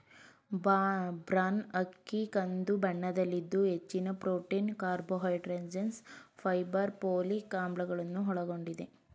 bran ಅಕ್ಕಿ ಕಂದು ಬಣ್ಣದಲ್ಲಿದ್ದು ಹೆಚ್ಚಿನ ಪ್ರೊಟೀನ್, ಕಾರ್ಬೋಹೈಡ್ರೇಟ್ಸ್, ಫೈಬರ್, ಪೋಲಿಕ್ ಆಮ್ಲಗಳನ್ನು ಒಳಗೊಂಡಿದೆ